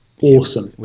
awesome